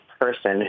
person